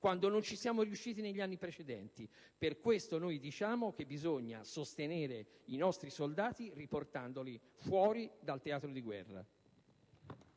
quando non ci siamo riusciti negli anni precedenti. Per questo diciamo che bisogna sostenere i nostri soldati riportandoli fuori dal teatro di guerra.